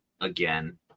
again